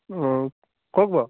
অঁ কওক বাৰু